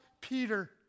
Peter